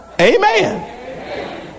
Amen